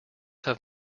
have